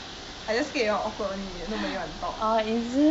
I just scared you all awkward only nobody want talk